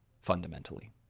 fundamentally